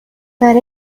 برای